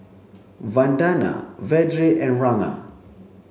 Vandana Vedre and Ranga